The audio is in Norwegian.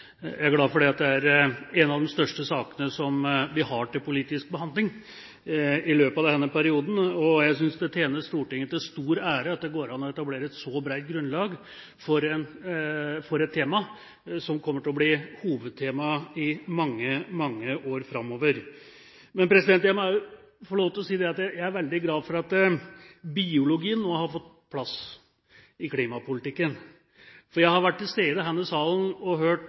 Jeg skal få lov til å føye meg inn i rekken av alle som sier at de er glad for den saken vi nå har til behandling. Dette er en av de største sakene som vi har til politisk behandling i løpet av denne perioden, og jeg synes det tjener Stortinget til stor ære at det går an å etablere et så bredt grunnlag for et tema som kommer til å bli et hovedtema i mange, mange år framover. Men jeg må også få si at jeg er veldig glad for at biologien nå har fått plass i klimapolitikken. For jeg har vært til